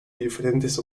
diferentes